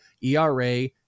ERA